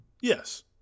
Yes